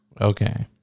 Okay